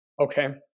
Okay